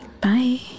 Bye